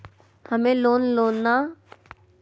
हमें लोन लेना है किस दर पर हमें लोन मिलता सकता है?